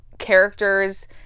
characters